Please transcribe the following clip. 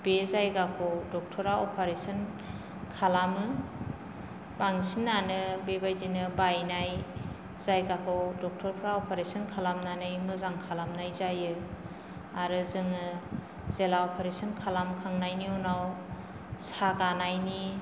बे जायगाखौ डक्टरा अपारेशन खालामो बांसिनानो बेबायदिनो बायनाय जायगाखौ डक्टरफ्रा अपारेशन खालामनानै मोजां खालामनाय जायो आरो जोङो जेला अपारेशन खालामखांनायनि उनाव सागानायनि